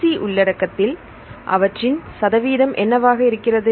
GC உள்ளடக்கத்தில் அவற்றின் சதவீதம் என்னவாக இருக்கிறது